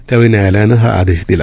त्यावेळी न्यायालयानं हा आदेश दिला